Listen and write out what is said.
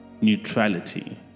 Neutrality